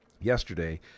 yesterday